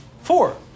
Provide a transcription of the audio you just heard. Four